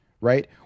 right